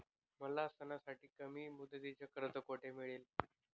मला सणासाठी कमी मुदतीचे कर्ज कोठे मिळेल?